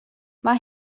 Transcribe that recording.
mae